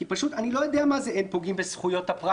אני לא יודע מה זה "אין פוגעים בזכויות הפרט"